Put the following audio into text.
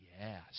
Yes